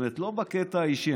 לא בקטע האישי,